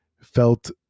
felt